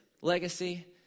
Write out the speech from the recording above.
legacy